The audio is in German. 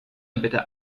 bitte